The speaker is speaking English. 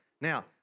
Now